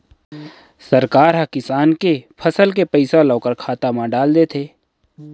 सरकार ह किसान के फसल के पइसा ल ओखर खाता म डाल देथे